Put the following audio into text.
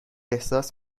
احساس